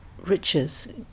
Riches